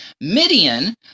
Midian